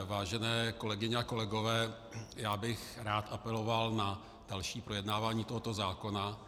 Vážené kolegyně a kolegové, já bych rád apeloval na další projednávání tohoto zákona.